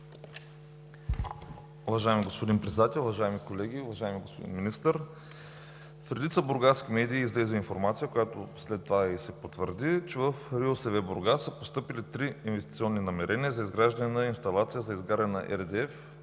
Уважаеми господин Председател, уважаеми колеги, уважаеми господин Министър! В редица бургаски медии излезе информацията, която след това се и потвърди, че в РИОСВ – Бургас, са постъпили три инвестиционни намерения за изграждането на инсталация за изгаряне на